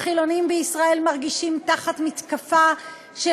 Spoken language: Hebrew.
החילונים בישראל מרגישים תחת מתקפה של